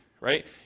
right